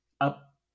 up